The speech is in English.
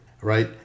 right